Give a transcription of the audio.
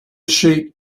sheep